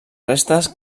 restes